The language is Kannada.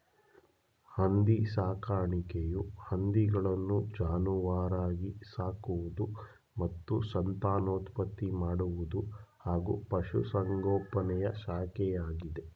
ಹಂದಿ ಸಾಕಾಣಿಕೆಯು ಹಂದಿಗಳನ್ನು ಜಾನುವಾರಾಗಿ ಸಾಕುವುದು ಮತ್ತು ಸಂತಾನೋತ್ಪತ್ತಿ ಮಾಡುವುದು ಹಾಗೂ ಪಶುಸಂಗೋಪನೆಯ ಶಾಖೆಯಾಗಿದೆ